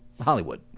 Hollywood